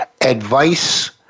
advice